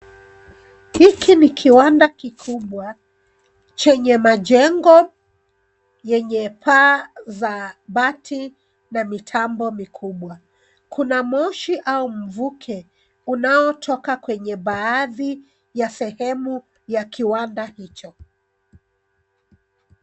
Hiki ni kiwanda kikubwa chenye majengo yenye paa za bati na mitambo mikubwa. Kuna moshi au mvuke unaotoka kwenye baadhi ya sehemu ya kiwanda hicho.